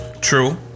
True